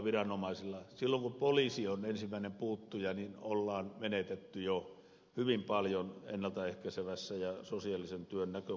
silloin kun poliisi on ensimmäinen puuttuja on menetetty jo hyvin paljon ennalta ehkäisevän ja sosiaalisen työn näkökulmasta